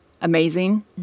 amazing